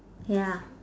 ya